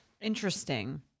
Interesting